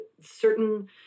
certain